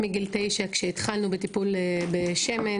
מגיל תשע כשהתחלנו בטיפול בשמן,